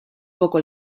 poco